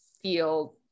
feel